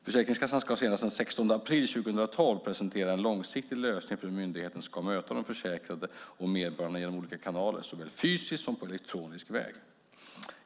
Försäkringskassan ska senast den 16 april 2012 presentera en långsiktig lösning för hur myndigheten ska möta de försäkrade och medborgarna genom olika kanaler, såväl fysiskt som på elektronisk väg.